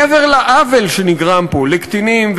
מעבר לעוול שנגרם פה לקטינים,